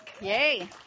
yay